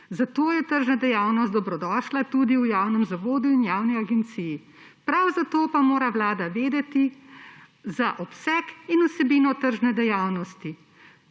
Zato je tržna dejavnost dobrodošla tudi v javnem zavodu in javni agenciji. Prav zato pa mora Vlada vedeti za obseg in vsebino tržne dejavnosti,